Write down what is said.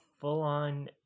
full-on